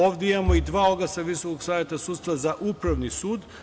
Ovde imamo i dva oglasa Visokog saveta sudstva za upravni sud.